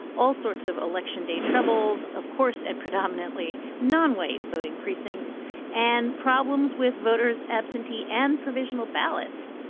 all sorts of election day troubles, of course, at predominantly non-white voting precincts and problems with voters, absentee and provisional ballots.